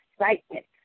excitement